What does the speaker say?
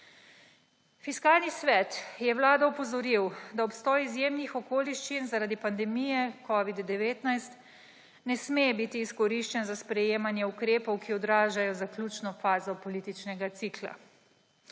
Fiskalni svet je Vlado opozoril, da obstoj izjemnih okoliščin zaradi pandemije covid-19 ne sme biti izkoriščen za sprejemanje ukrepov, ki odražajo zaključno fazo političnega cikla.